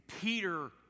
Peter